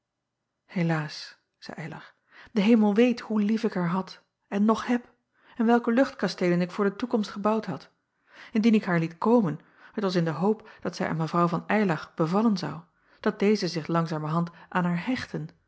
zeî ylar de emel weet hoe lief ik haar had en nog heb en welke luchtkasteelen ik voor de toekomst gebouwd had ndien ik haar liet komen het was in de hoop dat zij aan evrouw van ylar bevallen zou dat deze zich langzamerhand aan haar hechten